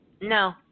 No